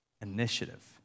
Initiative